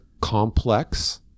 complex